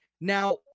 Now